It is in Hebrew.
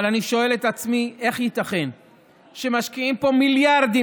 אבל אני שואל את עצמי איך ייתכן שמשקיעים פה מיליארדים